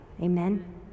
Amen